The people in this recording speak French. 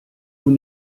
vous